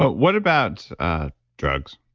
what about drugs?